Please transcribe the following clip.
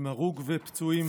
עם הרוג ופצועים.